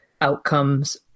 outcomes